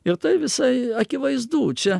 ir tai visai akivaizdu čia